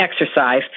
exercise